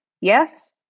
yes